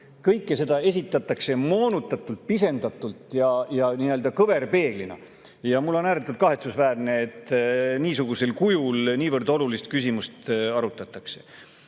seonduvat esitatakse moonutatult, pisendatult ja nii-öelda kõverpeeglina. Ja on ääretult kahetsusväärne, et niisugusel kujul niivõrd olulist küsimust arutatakse. Ma